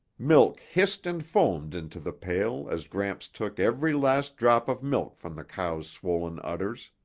milk hissed and foamed into the pail as gramps took every last drop of milk from the cow's swollen udders.